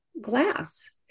glass